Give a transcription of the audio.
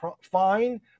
fine